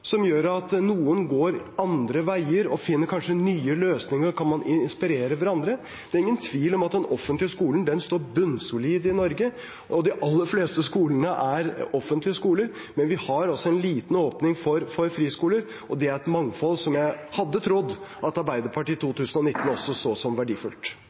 som gjør at noen går andre veier og kanskje finner nye løsninger, og at man kan inspirere hverandre? Det er ingen tvil om at den offentlige skolen står bunnsolid i Norge, og de aller fleste skolene er offentlige skoler, men vi har altså en liten åpning for friskoler, og det er et mangfold jeg hadde trodd at Arbeiderpartiet i 2019 også så på som verdifullt.